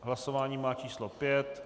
Hlasování má číslo 5.